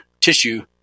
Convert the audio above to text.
tissue